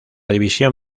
división